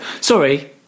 sorry